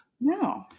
No